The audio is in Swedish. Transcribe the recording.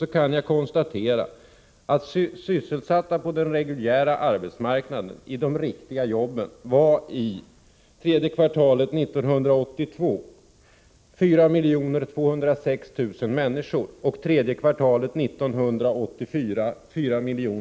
Vi kan konstatera att antalet sysselsatta på den reguljära arbetsmarknaden, i riktiga jobb, var 4 206 000 i tredje kvartalet 1982 och 4 200 000 tredje kvartalet 1984.